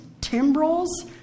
timbrels